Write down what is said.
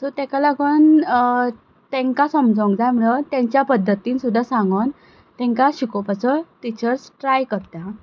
so ताका लागून तांकां समजूंक जाय म्हणून तांच्या पद्दतीन सुद्दां सांगून तांकां शिकोवपाचो टिचर्स ट्राय करता